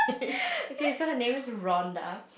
okay so her name is Ronda